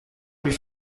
plus